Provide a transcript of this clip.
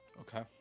Okay